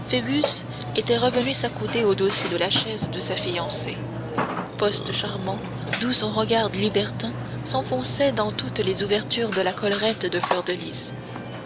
phoebus était revenu s'accouder au dossier de la chaise de sa fiancée poste charmant d'où son regard libertin s'enfonçait dans toutes les ouvertures de la collerette de